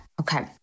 Okay